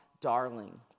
darling